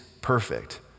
perfect